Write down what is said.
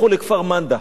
לכו לכפר-מנדא.